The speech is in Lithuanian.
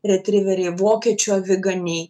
retriveriai vokiečių aviganiai